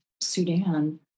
Sudan